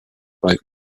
bei